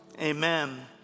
amen